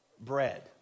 bread